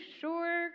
sure